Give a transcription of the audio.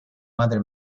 madre